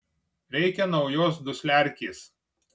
reikia naujos dusliarkės